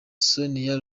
sonia